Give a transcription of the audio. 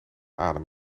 adem